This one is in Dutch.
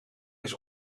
eens